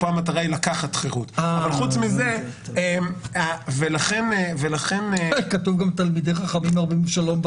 השאלה שלי היא כזו: אם מוגשת בקשה לפסלות בהתאם לאותם סעיפים בחוק בתי